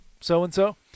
so-and-so